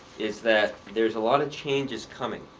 is that there's a lot of changes coming.